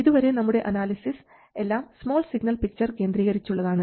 ഇതുവരെ നമ്മുടെ അനാലിസിസ് എല്ലാം സ്മാൾ സിഗ്നൽ പിക്ചർ കേന്ദ്രീകരിച്ചുള്ളതാണ്